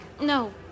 No